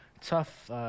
tough